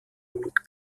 mimik